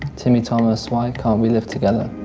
timmy thomas, why can't we live together